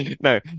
No